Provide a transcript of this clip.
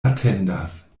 atendas